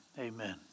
amen